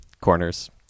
corners